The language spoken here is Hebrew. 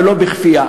ולא בכפייה.